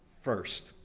first